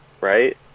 right